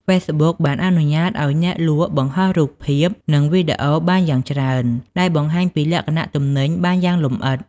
ហ្វេសប៊ុកបានអនុញ្ញាតឱ្យអ្នកលក់បង្ហោះរូបភាព និងវីដេអូបានយ៉ាងច្រើន ដែលបង្ហាញពីលក្ខណៈទំនិញបានយ៉ាងលម្អិត។